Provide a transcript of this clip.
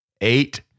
eight